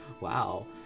Wow